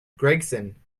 gregson